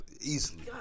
Easily